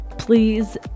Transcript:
Please